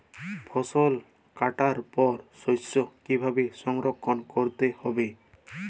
ফসল কাটার পর শস্য কীভাবে সংরক্ষণ করতে হবে?